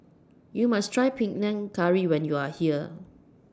YOU must Try Panang Curry when YOU Are here